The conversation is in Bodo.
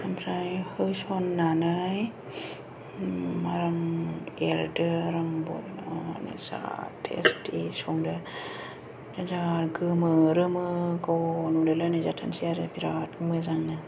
ओमफ्राय होसननानै आराम एरदो जा टेस्टि संदो बिराद गोमो रोमोग' नुलाय लायनाय जाथारसै आरो बिराद मोजांनो